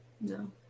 No